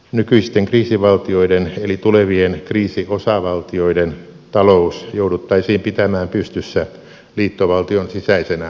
nykyisten kriisivaltioiden eli tulevien kriisiosavaltioiden talous jouduttaisiin pitämään pystyssä liittovaltion sisäisenä aluepolitiikkana